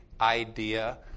idea